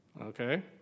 okay